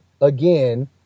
again